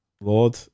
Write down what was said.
Lord